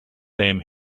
them